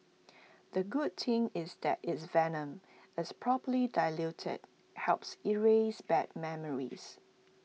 the good thing is that it's venom is properly diluted helps erase bad memories